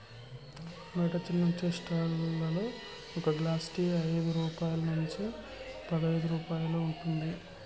బయట చిన్న tea stall లలో ఒక గ్లాస్ టీ ఐదు రూపాయల నుంచి పదైదు రూపాయలు ఉంటుంది